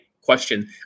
question